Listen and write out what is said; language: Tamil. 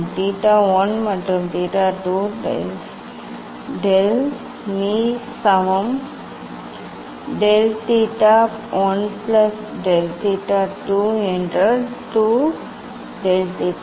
தீட்டா 1 மற்றும் தீட்டா 2 டெல் மீ சமம் del theta 1 plus del theta 2 என்றால் 2 டெல் தீட்டா